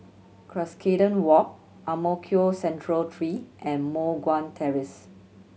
Cuscaden Walk Ang Mo Kio Central Three and Moh Guan Terrace